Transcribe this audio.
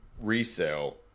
resale